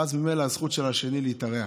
ואז ממילא, הזכות של השני להתארח.